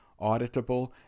auditable